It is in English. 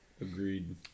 Agreed